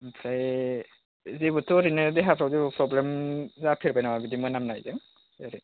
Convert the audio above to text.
ओमफ्राय जेबोथ' ओरैनो देहाफ्राव प्रब्लेम जाफेरबाय नामा बिदि मोनामनायजों ओरै